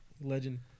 Legend